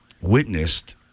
witnessed